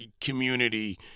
community